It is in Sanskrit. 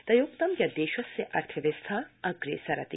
तयोक्तं यत् देशस्य अर्थव्यवस्था अग्रेसरति